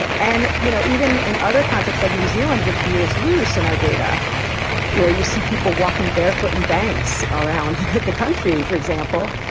but and, you know, even in other contexts, like new zealand, which veers loose in our data where you see people walking barefoot in banks around the country, for example,